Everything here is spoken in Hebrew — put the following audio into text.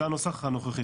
זה הנוסח הנוכחי.